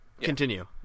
Continue